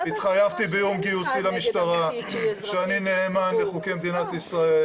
התחייבתי ביום גיוסי למשטרה שאני אהיה נאמן לחוקי מדינת ישראל